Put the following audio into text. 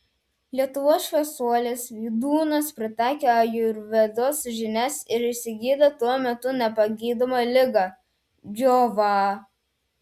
lietuvos šviesuolis vydūnas pritaikė ajurvedos žinias ir išsigydė tuo metu nepagydomą ligą džiovą